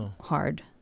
hard